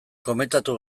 komentatu